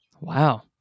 Wow